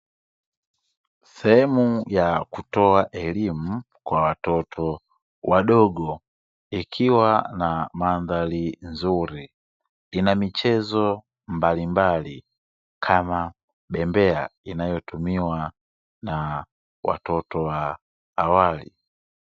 Sehemu ya kutoa elimu kwa watoto wadogo ikiwa na mandhari nzuri, ina michezo mbalimbali kama bembea inayotumiwa na watoto wa awali.